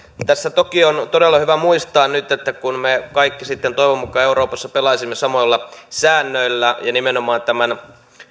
tässä toki on todella hyvä muistaa nyt että kun me kaikki toivon mukaan euroopassa pelaamme samoilla säännöillä ja nimenomaan tämän